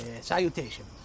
Salutation